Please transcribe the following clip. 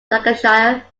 lancashire